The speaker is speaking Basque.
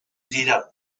dira